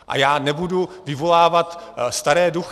A já nebudu vyvolávat staré duchy.